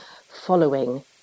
following